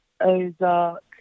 Ozark